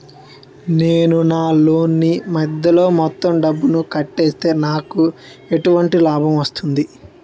నేను నా లోన్ నీ మధ్యలో మొత్తం డబ్బును కట్టేస్తే నాకు ఎటువంటి లాభం వస్తుంది?